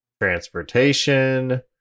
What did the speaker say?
transportation